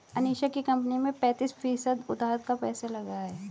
अनीशा की कंपनी में पैंतीस फीसद उधार का पैसा लगा है